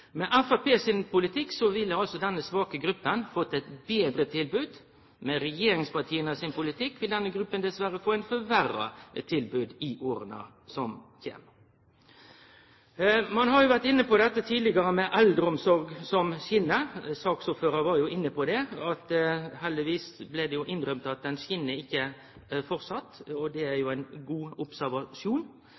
Med Framstegspartiets politikk vil altså denne svake gruppa få eit betre tilbod. Med regjeringspartia sin politikk vil denne gruppa dessverre få eit forverra tilbod i åra som kjem. Ein har tidlegare vore inne på dette med ei eldreomsorg som skin. Saksordføraren var inne på at heldigvis blei det innrømma at ho ikkje skin enno. Det er jo ein god